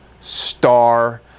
star